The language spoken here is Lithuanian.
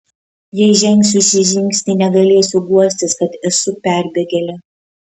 jei žengsiu šį žingsnį negalėsiu guostis kad esu perbėgėlė